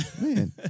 man